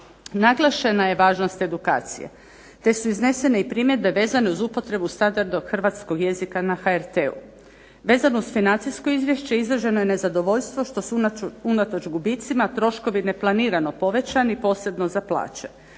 Naglašena je važnost edukacije te su iznesene primjedbe vezane uz upotrebu standardnog Hrvatskog jezika na HRT-u. Vezano uz financijsko izvješće izraženo je nezadovoljstvo što su unatoč gubicima troškovi neplanirano povećani, posebno za plaće.